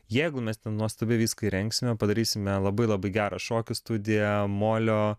jeigu mes ten nuostabiai viską įrengsime padarysime labai labai gerą šokių studiją molio